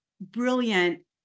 brilliant